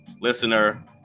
listener